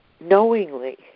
knowingly